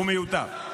הוא מיותר.